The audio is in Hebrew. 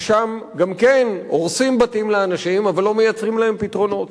ששם גם כן הורסים בתים לאנשים אבל לא מייצרים להם פתרונות.